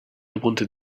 wanted